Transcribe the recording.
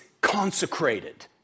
consecrated